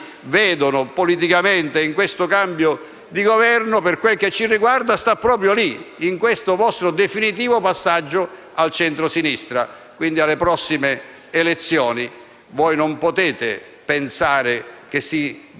vedono politicamente in questo cambio di Governo, per quanto ci riguarda, sta proprio nel vostro definitivo passaggio al centrosinistra. Alle prossime elezioni non potete pensare che si